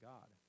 God